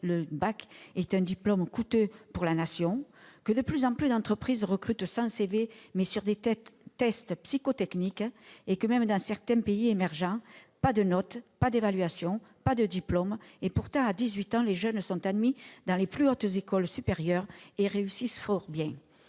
est un diplôme coûteux pour la Nation, que de plus en plus d'entreprises recrutent sans, mais sur des tests psychotechniques, et que dans certains pays émergents il n'y a ni notes, ni évaluation, ni diplôme ; et pourtant, à dix-huit ans, les jeunes y sont admis dans les plus hautes écoles supérieures et réussissent fort bien.